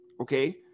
okay